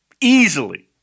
easily